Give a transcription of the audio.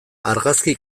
argazki